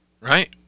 Right